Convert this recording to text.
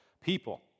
people